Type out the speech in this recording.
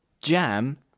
jam